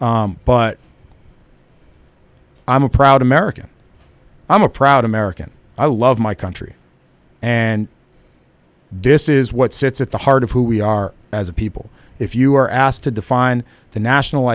but i'm a proud american i'm a proud american i love my country and disses what sits at the heart of who we are as a people if you are asked to define the national